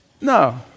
No